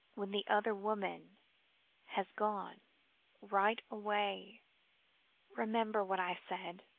when the other woman has gone right away remember what i said.